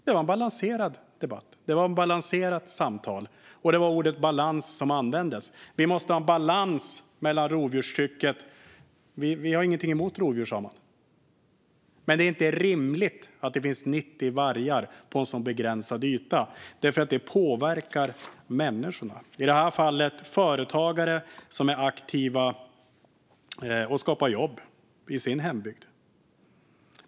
Det var en balanserad debatt och ett balanserat samtal. Det var ordet "balans" som användes. Vi måste ha en balans i rovdjurstrycket. Vi har inget emot rovdjur, sa man. Men det är inte rimligt att det finns 90 vargar på en så begränsad yta. Det påverkar människorna. I det här fallet var det företagare som är aktiva och skapar jobb i sin hembygd.